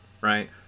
right